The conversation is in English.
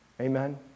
Amen